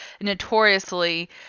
notoriously